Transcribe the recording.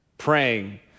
Praying